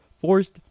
forced